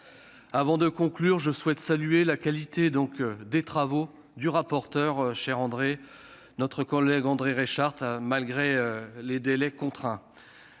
Avant de conclure, je souhaite saluer la qualité des travaux du rapporteur, M. André Reichardt, malgré les délais contraints.